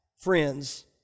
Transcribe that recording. friends